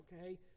okay